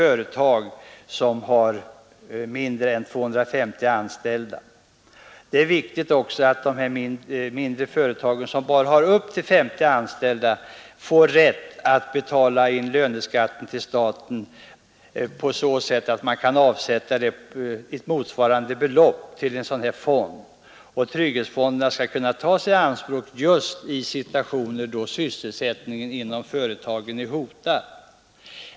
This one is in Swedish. Det är också viktigt att företag som bara har upp till 50 anställda får möjlighet att avsätta ett belopp motsvarande löneskatten till staten i trygghetsfonder som kan tas i anspråk just i situationer då sysselsättningen inom företagen är hotad.